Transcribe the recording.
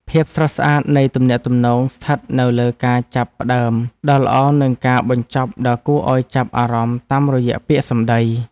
ភាពស្រស់ស្អាតនៃទំនាក់ទំនងស្ថិតនៅលើការចាប់ផ្តើមដ៏ល្អនិងការបញ្ចប់ដ៏គួរឱ្យចាប់អារម្មណ៍តាមរយៈពាក្យសម្តី។